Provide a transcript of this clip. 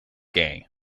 gang